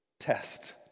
test